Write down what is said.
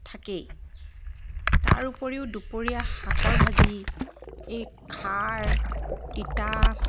থাকেই তাৰ উপৰিও দুপৰীয়া শাকৰ ভাজি এই খাৰ তিতা